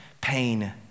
pain